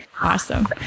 Awesome